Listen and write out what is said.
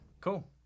Cool